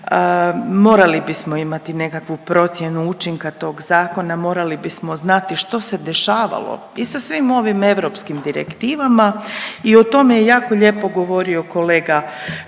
morali bismo imati nekakvu procjenu učinka tog zakona, morali bismo znati što se dešavalo i sa svim ovim europskim direktivama i o tome je jako lijepo govorio kolega